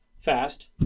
Fast